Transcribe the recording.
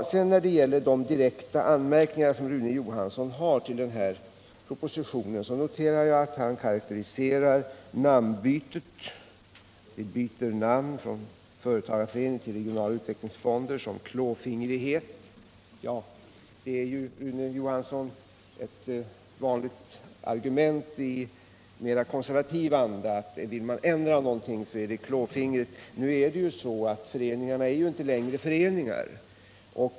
När det gäller Rune Johanssons direkta anmärkningar mot proposi tionen noterar jag att han karakteriserar bytet av namn från ”företa = Nr 56 garföreningar” till ”regionala utvecklingsfonder” som klåfingrighet. Det är ju, Rune Johansson, ett vanligt argument i mera konservativ anda att det betecknas som klåfingrighet när man vill ändra någonting. Nu är det ju så att företagarföreningarna inte längre är några föreningar.